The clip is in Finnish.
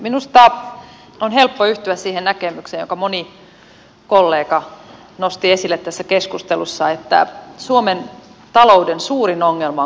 minusta on helppo yhtyä siihen näkemykseen jonka moni kollega nosti esille tässä keskustelussa että suomen talouden suurin ongelma on korkea työttömyys